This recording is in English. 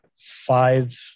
five